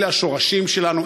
אלה השורשים שלנו.